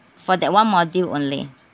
for that one module only